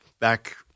back